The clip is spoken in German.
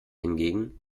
hingegen